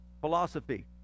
philosophy